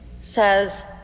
says